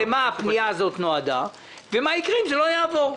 לְמה הפנייה הזאת נועדה ומה יקרה אם היא לא תעבור.